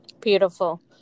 Beautiful